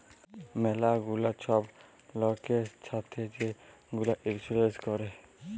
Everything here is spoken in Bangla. ম্যালা গুলা ছব লয়কের ছাথে যে গুলা ইলসুরেল্স ক্যরে